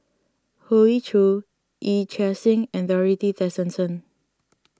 Hoey Choo Yee Chia Hsing and Dorothy Tessensohn